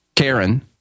Karen